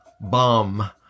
bomb